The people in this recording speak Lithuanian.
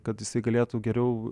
kad jisai galėtų geriau